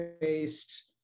based